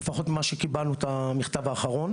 לפחות המכתב האחרון.